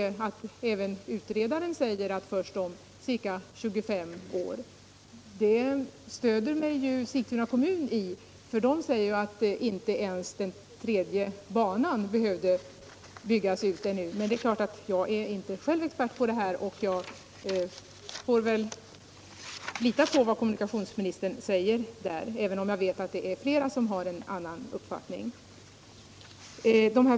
Även utredaren säger att det blir först om ca 25 år. Jag har stöd av Sigtuna kommun, som anför att inte ens den tredje banan behöver byggas ut ännu. Men det är klart att jag är inte själv expert på det här, och jag får väl lita på vad kommunikationsministern säger, även om jag vet att det är flera som har en annan uppfattning.